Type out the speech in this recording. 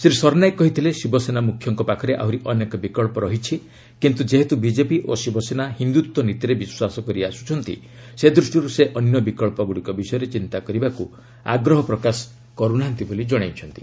ଶ୍ରୀ ସରନାୟକ କହିଥିଲେ ଶିବ ସେନା ମ୍ରଖ୍ୟଙ୍କ ପାଖରେ ଆହରି ଅନେକ ବିକ୍ସ ରହିଛି କିନ୍ତୁ ଯେହେତୁ ବିଜେପି ଓ ଶିବସେନା ହିନ୍ଦୁତ୍ୱ ନୀତିରେ ବିଶ୍ୱାସ କରି ଆସ୍କୁଛନ୍ତି ସେ ଦୃଷ୍ଟିରୁ ସେ ଅନ୍ୟ ବିକ୍ସଗୁଡ଼ିକ ବିଷୟରେ ଚିନ୍ତା କରିବାକୁ ଆଗ୍ରହ ପ୍ରକାଶ କରୁ ନାହାନ୍ତି ବୋଲି ଜଣାଇଛନ୍ତି